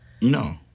No